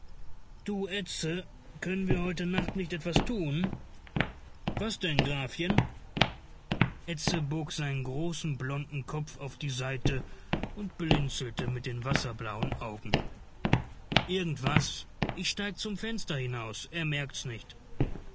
du edse können wir heute nacht nicht etwas tun was denn grafchen edse bog seinen großen blonden kopf auf die seite und blinzelte mit den wasserblauen augen irgend was ich steig zum fenster hinaus er merkt's nicht